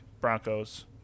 Broncos